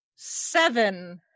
seven